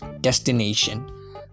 destination